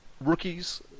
rookies